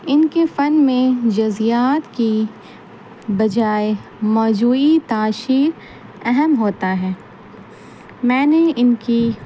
ان کے فن میں جذیات کی بجائے موجوعی تاشر اہم ہوتا ہے میں نے ان کی